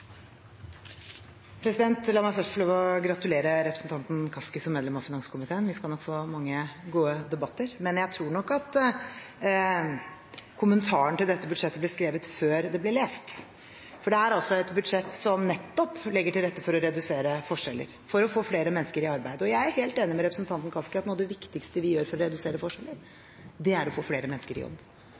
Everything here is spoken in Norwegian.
La meg først få lov til å gratulere representanten Kaski som medlem av finanskomiteen. Vi skal nok få mange gode debatter. Jeg tror nok at kommentaren til dette budsjettet ble skrevet før det ble lest, for dette er et budsjett som nettopp legger til rette for å redusere forskjeller og for å få flere mennesker i arbeid. Og jeg er helt enig med representanten Kaski i at noe av det viktigste vi gjør for å redusere forskjeller, er å få flere mennesker i jobb.